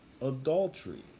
adultery